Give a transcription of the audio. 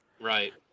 right